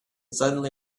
suddenly